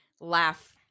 laugh